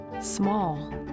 small